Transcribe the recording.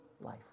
life